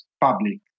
public